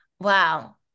wow